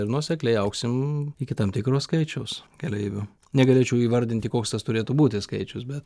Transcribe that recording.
ir nuosekliai augsim iki tam tikro skaičiaus keleivių negalėčiau įvardinti koks tas turėtų būti skaičius bet